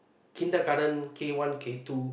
kindergarten K one K two